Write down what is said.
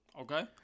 Okay